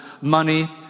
money